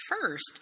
first—